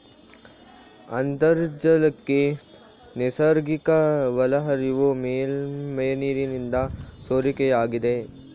ಅಂತರ್ಜಲಕ್ಕೆ ನೈಸರ್ಗಿಕ ಒಳಹರಿವು ಮೇಲ್ಮೈ ನೀರಿನಿಂದ ಸೋರಿಕೆಯಾಗಿದೆ